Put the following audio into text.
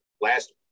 last